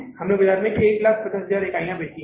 हमने बाजार में 150000 इकाइयां बेची हैं